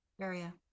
area